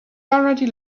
already